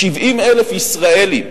70,000 ישראלים,